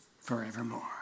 forevermore